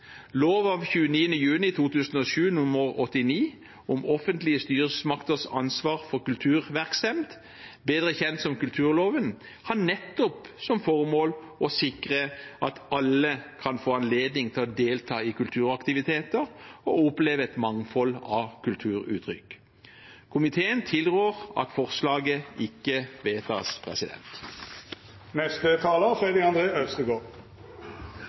Lov av 29. juni 2007 nr. 89 om offentlege styresmakters ansvar for kulturverksemd, bedre kjent som kulturloven, har nettopp som formål å sikre at alle kan få anledning til å delta i kulturaktiviteter og oppleve et mangfold av kulturuttrykk. Komiteen tilrår at forslaget ikke vedtas.